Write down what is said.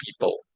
people